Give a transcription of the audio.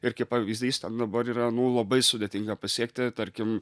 ir kaip pavyzdys ten dabar yra nu labai sudėtinga pasiekti tarkim